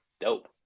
dope